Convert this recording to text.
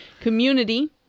community